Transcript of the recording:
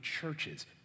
churches